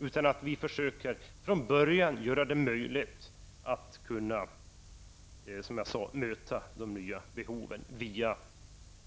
I stället måste vi redan från början försöka göra det möjligt att möta nya behov via